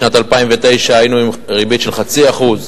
בשנת 2009 היינו עם ריבית של 0.5%,